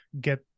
get